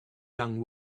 young